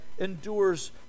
endures